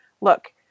Look